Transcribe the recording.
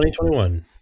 2021